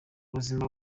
ubuzima